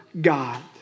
God